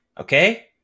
okay